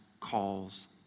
calls